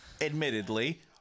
admittedly